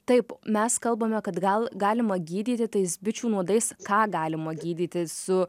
taip mes kalbame kad gal galima gydyti tais bičių nuodais ką galima gydyti su